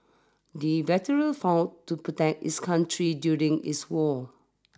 the veteran fought to protect his country during this war